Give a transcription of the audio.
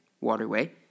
waterway